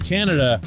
Canada